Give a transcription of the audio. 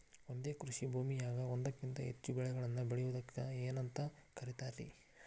ಒಂದೇ ಕೃಷಿ ಭೂಮಿಯಾಗ ಒಂದಕ್ಕಿಂತ ಹೆಚ್ಚು ಬೆಳೆಗಳನ್ನ ಬೆಳೆಯುವುದಕ್ಕ ಏನಂತ ಕರಿತಾರಿ?